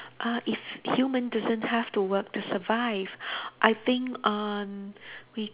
uh if human doesn't have to work to survive I think uh we